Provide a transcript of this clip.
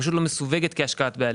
היא פשוט לא מסווגת כהשקעת בעלים.